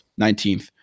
19th